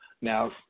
Now